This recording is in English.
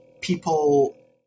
People